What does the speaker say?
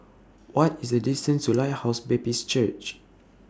What IS The distance to Lighthouse Baptist Church